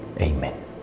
Amen